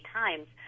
times